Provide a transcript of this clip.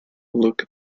look